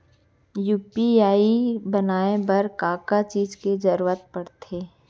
UPI बनाए बर का का चीज के जरवत पड़थे?